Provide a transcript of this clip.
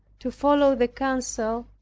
to follow the counsel,